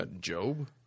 Job